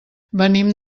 venim